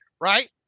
right